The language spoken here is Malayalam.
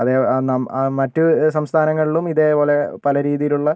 അതേ മറ്റു സംസ്ഥാനങ്ങളിലും ഇതേപോലെ പല രീതിയിലുള്ള